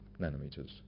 nanometers